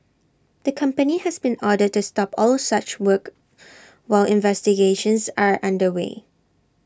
the company has been ordered to stop all such work while investigations are under way